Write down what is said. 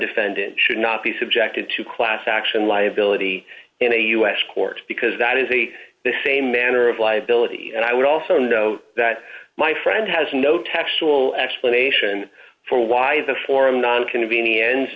defendant should not be subjected to class action liability in a u s court because that is a the same manner of liability and i would also note that my friend has no textual explanation for why the form non convenience